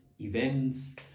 events